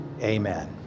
Amen